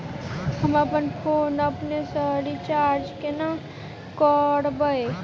हम अप्पन फोन केँ अपने सँ रिचार्ज कोना करबै?